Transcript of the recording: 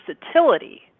versatility